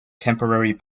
temporary